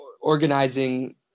organizing